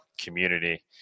community